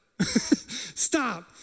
Stop